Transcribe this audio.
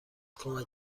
کمک